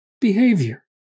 behavior